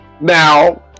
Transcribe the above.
Now